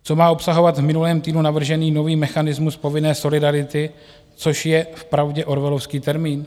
Co má obsahovat v minulém týdnu navržený nový mechanismus povinné solidarity, což je vpravdě orwellovský termín?